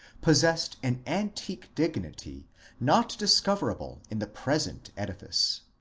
possessed an antique dig nity not discoverable in the present edifice.